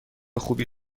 خوبی